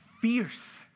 fierce